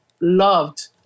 loved